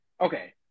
Okay